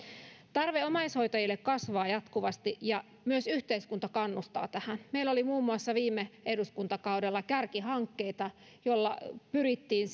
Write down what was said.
tarve omaishoitajille kasvaa jatkuvasti ja myös yhteiskunta kannustaa tähän meillä oli muun muassa viime eduskuntakaudella kärkihankkeita joilla pyrittiin